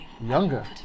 Younger